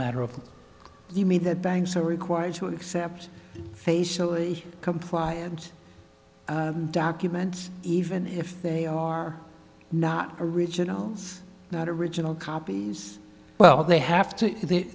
matter of the me that banks are required to accept facially compliant documents even if they are not originals not original copies well they have to the